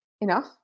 enough